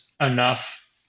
enough